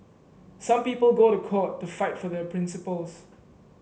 some people go to court to fight for their principles